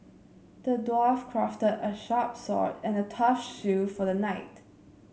the dwarf crafted a sharp sword and a tough shield for the knight